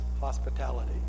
hospitality